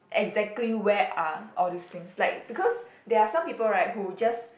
exactly where are all these things like because there are some people right who just